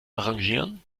arrangieren